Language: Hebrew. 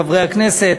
חברי הכנסת,